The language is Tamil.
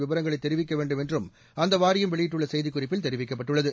விவரங்களை தெரிவிக்க வேண்டும் என்று அந்த வாரியம் வெளியிட்டுள்ள செய்திக் குறிப்பில் தெரிவிக்கப்பட்டுள்ளது